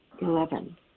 Eleven